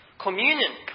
Communion